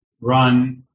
run